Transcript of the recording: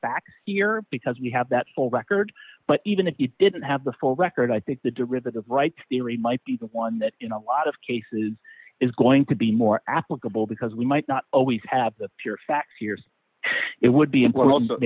back here because we have that full record but even if you didn't have the full record i think the derivative right theory might be the one that you know a lot of cases is going to be more applicable because we might not always have the pure facts years it would be i